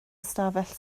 ystafell